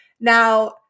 Now